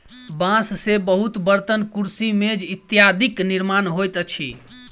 बांस से बहुत बर्तन, कुर्सी, मेज इत्यादिक निर्माण होइत अछि